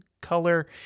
color